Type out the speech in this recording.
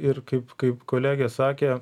ir kaip kaip kolegė sakė